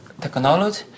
technology